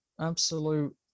Absolute